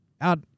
out